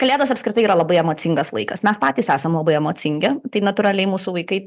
kalėdos apskritai yra labai emocingas laikas mes patys esame labai emocingi tai natūraliai mūsų vaikai